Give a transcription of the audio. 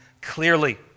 clearly